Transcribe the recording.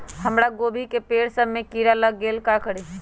हमरा गोभी के पेड़ सब में किरा लग गेल का करी?